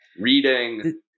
reading